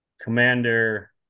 Commander